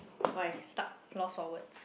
why stuck lost for words